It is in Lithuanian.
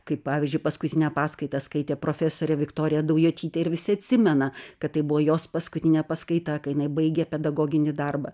kaip pavyzdžiui paskutinę paskaitą skaitė profesorė viktorija daujotytė ir visi atsimena kad tai buvo jos paskutinė paskaita kai jinai baigė pedagoginį darbą